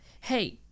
Hey